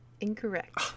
Incorrect